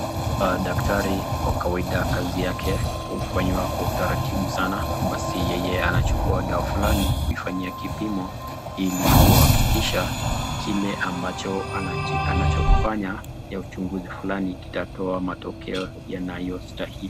Daktari kwa kawaida kazi yake hufanywa kwa utaratibu sana basi yeye anachukua dawa fulani kuifanyia kipimo ili kuhakikisha kile ambacho anachofanya ya uchunguzi fulani kiokea matokeo yanayostahili.